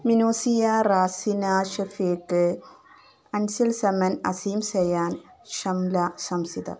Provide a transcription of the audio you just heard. Minosia Rasina Shafeeq Ansil Samman Aseem Sayan Shamla Shamsitha